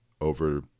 over